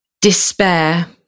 despair